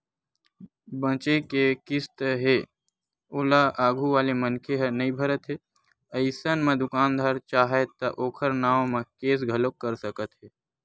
बचें के किस्त हे ओला आघू वाले मनखे ह नइ भरत हे अइसन म दुकानदार चाहय त ओखर नांव म केस घलोक कर सकत हे